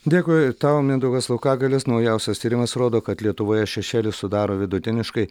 dėkui tau mindaugas laukagalias naujausias tyrimas rodo kad lietuvoje šešėlis sudaro vidutiniškai